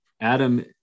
Adam